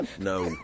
no